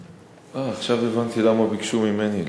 אה, עכשיו הבנתי למה ביקשו ממני להשיב.